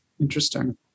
Interesting